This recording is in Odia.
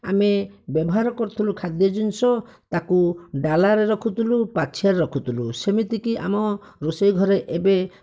ଆମେ ବ୍ୟବହାର କରୁଥିଲୁ ଖାଦ୍ୟ ଜିନିଷ ତାକୁ ଡାଲାରେ ରଖୁଥିଲୁ ପାଛିଆରେ ରଖୁଥିଲୁ ସେମିତିକି ଆମ ରୋଷେଇ ଘରେ ଏବେ